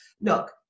Look